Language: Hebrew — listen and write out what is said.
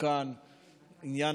זמנה קצר.